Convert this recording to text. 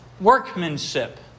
workmanship